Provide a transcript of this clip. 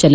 ಜಲ